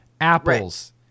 apples